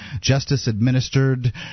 justice-administered